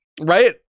right